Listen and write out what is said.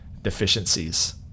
deficiencies